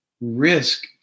risk